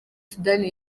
sudani